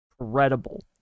incredible